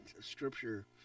scripture